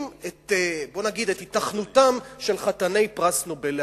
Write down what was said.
את היתכנותם של חתני פרס נובל לעתיד.